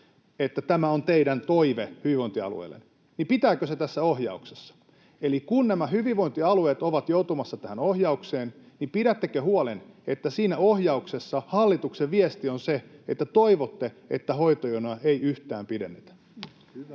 että tämä on teidän toiveenne hyvinvointialueille: pitääkö se tässä ohjauksessa? Eli kun nämä hyvinvointialueet ovat joutumassa tähän ohjaukseen, niin pidättekö huolen, että siinä ohjauksessa hallituksen viesti on se, että toivotte, että hoitojonoja ei yhtään pidennetä?